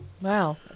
Wow